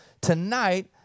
tonight